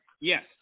Yes